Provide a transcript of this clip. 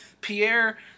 Pierre